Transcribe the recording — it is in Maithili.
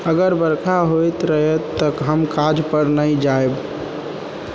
अगर बरखा होइत रहत तऽ हम काज पर नहि जाएब